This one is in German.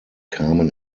kamen